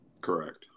Correct